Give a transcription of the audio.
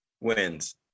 wins